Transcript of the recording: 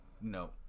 No